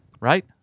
right